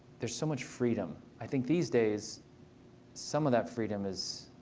there's so much freedom. i think these days some of that freedom is